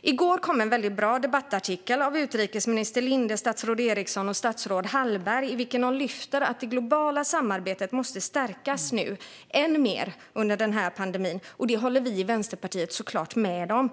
I går kom en bra debattartikel av utrikesminister Linde, statsrådet Eriksson och statsrådet Hallberg, i vilken de lyfter fram att det globala samarbetet måste stärkas än mer nu under pandemin. Det håller vi i Vänsterpartiet såklart med om.